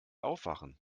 aufwachen